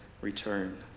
return